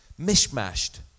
mishmashed